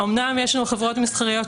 אומנם יש לנו חברות מסחריות,